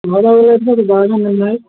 మాగా అవ్వలేదు కదా బాగా ఉన్నాయి